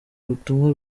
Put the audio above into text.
ubutumwa